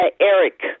Eric